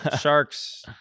sharks